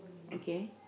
okay